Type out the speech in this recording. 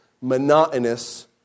monotonous